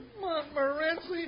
Montmorency